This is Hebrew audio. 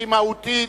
שהיא מהותית,